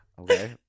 Okay